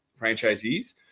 franchisees